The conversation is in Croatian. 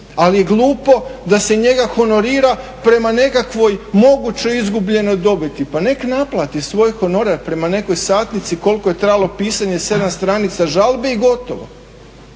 Ali je glupo da se njega honorira prema nekakvoj mogućoj izgubljenoj dobiti. Pa nek naplati svoj honorar prema nekakvoj satnici, koliko je trajalo pisanje 7 stranica žalbe i gotovo.